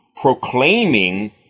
proclaiming